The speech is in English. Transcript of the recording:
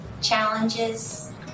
challenges